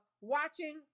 watching